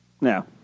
No